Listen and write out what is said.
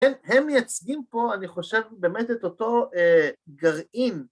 הם מייצגים פה אני חושב באמת את אותו גרעין